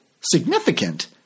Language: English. significant